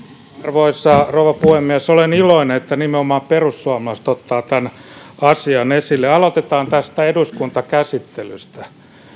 arvoisa rouva puhemies olen iloinen että nimenomaan perussuomalaiset ottavat tämän asian esille aloitetaan tästä eduskuntakäsittelystä